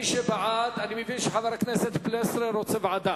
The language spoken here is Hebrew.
אני מבין שחבר הכנסת פלסנר רוצה ועדה,